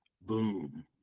Boom